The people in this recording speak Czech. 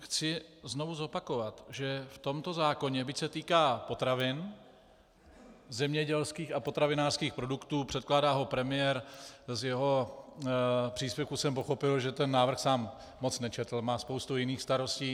Chci znovu zopakovat, že v tomto zákoně, byť se týká potravin, zemědělských a potravinářských produktů, předkládá ho premiér, tak z jeho příspěvku jsem pochopil, že návrh sám moc nečetl a má spoustu jiných starostí.